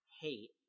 hate